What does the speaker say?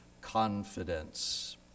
confidence